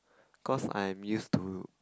cause I am used to